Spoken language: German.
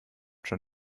schon